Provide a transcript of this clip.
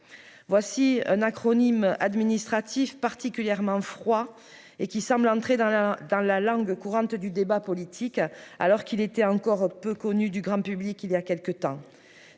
voici un acronyme administratif particulièrement froid et qui semble entrer dans la dans la langue courante du débat politique, alors qu'il était encore peu connu du grand public il y a quelques temps